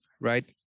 right